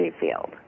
field